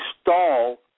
stall